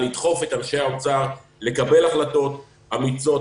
לדחוף את אנשי משרד האוצר לקבל החלטות אמיצות,